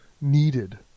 needed